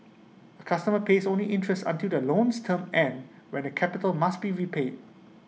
A customer pays only interest until the loan's term ends when the capital must be repaid